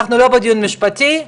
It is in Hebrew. אנחנו לא בדיון משפטי,